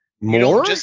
More